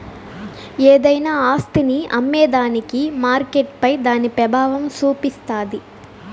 ఏదైనా ఆస్తిని అమ్మేదానికి మార్కెట్పై దాని పెబావం సూపిస్తాది